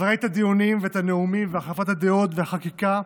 אז ראית את הדיונים ואת הנאומים והחלפת הדעות והחקיקה,